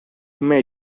may